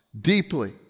deeply